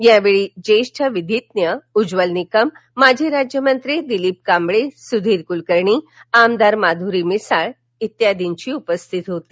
यावेळी ज्येष्ठ विधीज्ञ उज्ज्वल निकम माजी राज्यमंत्री दिलीप कांबळे सुधीर कुलकर्णी आमदार माधूरी मिसाळ आदींची उपस्थिती होती